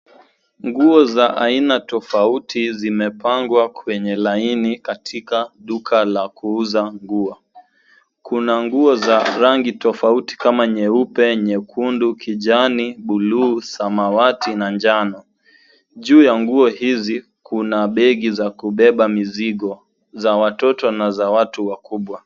Nguo za aina tofauti zimepangwa kwenye laini, katika duka la kuuza nguo. Kuna nguo za rangi tofauti kama nyeupe, nyekundu, kijani, buluu, samawati na njano. Juu ya nguo hizi kuna begi za kubeba mizigo za watoto na za watu wakubwa.